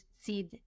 seed